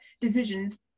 decisions